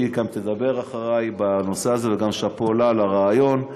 היא גם תדבר אחרי בנושא הזה, ושאפו לה על הרעיון.